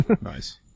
Nice